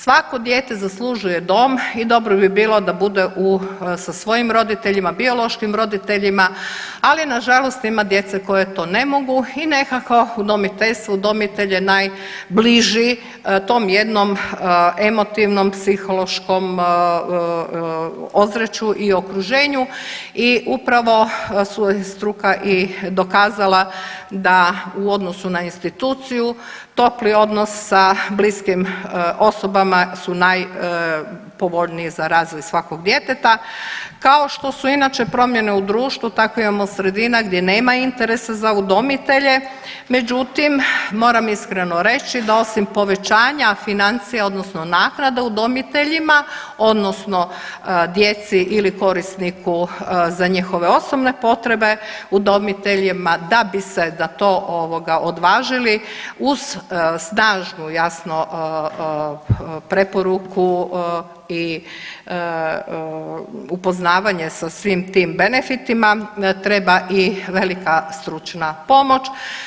Svako dijete zaslužuje dom i dobro bi bilo da bude sa svojim roditeljima, biološkim roditeljima ali nažalost ima djece koja to ne mogu i nekako udomiteljstvo, udomitelj je najbliži tom jednom emotivnom, psihološkom ozračju i okruženju i upravo su i struka i dokazala da u odnosu na instituciju topli odnos sa bliskim osobama su najpovoljniji za razvoj svakog djeteta, kao što su inače promjene u društvu tako imamo sredina gdje nema interesa za udomitelje međutim moram iskreno reći da osim povećanja financija odnosno naknada udomiteljima odnosno djeci ili korisniku za njihove osnovne potrebe, udomiteljima da bi se za to ovoga odvažili uz snažnu jasno preporuku i upoznavanje sa svim tim benefitima treba i velika stručna pomoć.